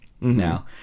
now